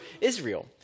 Israel